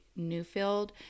Newfield